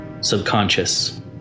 subconscious